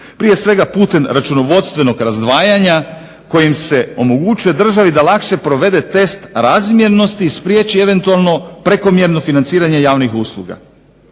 Prije svega putem računovodstvenog razdvajanja kojom se omogućuje državi da lakše provede tekst razmjernosti i spriječi eventualno prekomjerno financiranje javnih usluga.